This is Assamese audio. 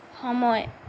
সময়